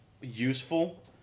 useful